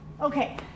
Okay